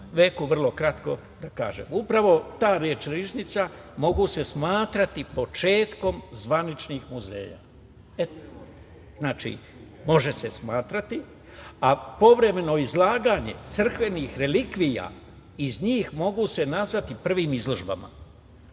veku vrlo kratko, da kažem. Upravo ta reč „riznica“ može se smatrati početkom zvaničnih muzeja. Znači, može se smatrati, a povremeno izlaganje crkvenih relikvija, iz njih mogu se nazvati prvim izložbama.